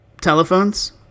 telephones